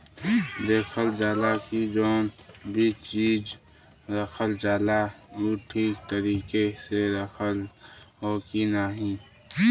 देखल जाला की जौन भी चीज रखल जाला उ ठीक तरीके से रखल हौ की नाही